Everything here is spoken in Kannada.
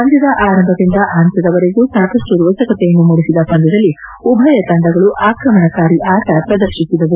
ಪಂದ್ಲದ ಆರಂಭದಿಂದ ಅಂತ್ಲದವರೆಗೂ ಸಾಕಷ್ಟು ರೋಚಕತೆಯನ್ನು ಮೂಡಿಸಿದ ಪಂದ್ಲದಲ್ಲಿ ಉಭಯ ತಂಡಗಳು ಆಕ್ರಮಣಕಾರಿ ಆಟ ಪ್ರದರ್ಶಿಸಿದವು